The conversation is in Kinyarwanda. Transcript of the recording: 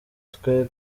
twe